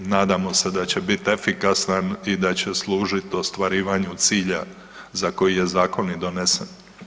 Nadamo se da će biti efikasan i da će služiti ostvarivanju cilja za koji je zakon i donesen.